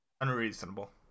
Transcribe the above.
Unreasonable